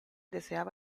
deseaba